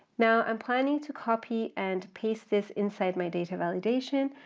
now i'm planning to copy and paste this inside my data validation,